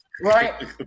Right